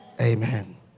Amen